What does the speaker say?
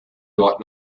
dort